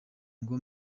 ngo